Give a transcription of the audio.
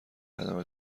عدم